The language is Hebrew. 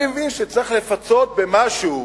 אני מבין שצריך לפצות במשהו